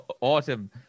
autumn